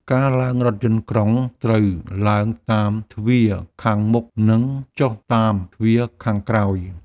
ការឡើងរថយន្តក្រុងត្រូវឡើងតាមទ្វារខាងមុខ និងចុះតាមទ្វារខាងក្រោយ។